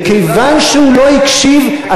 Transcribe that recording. מכיוון שהוא לא הקשיב,